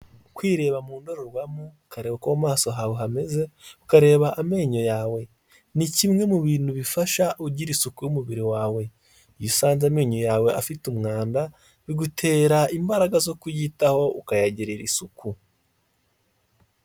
Kwireba mu ndorerwamo ukareba uko mu maso hawe hameze, ukareba amenyo yawe, ni kimwe mu bintu bifasha ugira isuku y'umubiri wawe. Iyo usanze amenyo yawe afite umwanda bigutera imbaraga zo kuyitaho ukayagirira isuku.